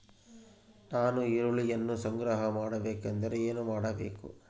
ನಾನು ಈರುಳ್ಳಿಯನ್ನು ಸಂಗ್ರಹ ಮಾಡಬೇಕೆಂದರೆ ಏನು ಮಾಡಬೇಕು?